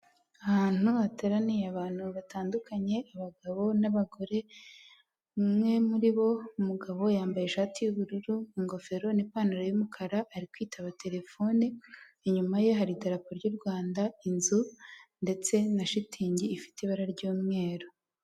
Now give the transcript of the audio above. Ahantu hateraniye abantu batandukanye abagabo n'abagore, umwe muri bo w'umugabo yambaye ishati y'ubururu, ingofero n'ipantaro y'umukara, ari kwitaba terefone, inyuma ye hari idarapo ry'u Rwanda, inzu ndetse na shitingi ifite ibara ry'umweru.